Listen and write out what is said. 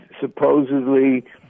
supposedly